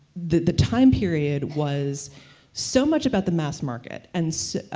the the time period was so much about the mass market, and so,